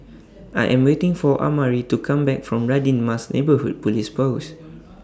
I Am waiting For Amari to Come Back from Radin Mas Neighbourhood Police Post